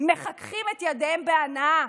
מחככים את ידיהם בהנאה,